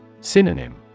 Synonym